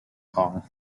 kong